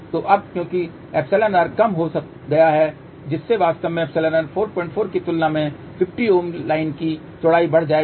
तो अब क्योंकि €r कम हो गया है जिससे वास्तव में €r 44 की तुलना में 50 Ω लाइन की चौड़ाई बढ़ जाएगी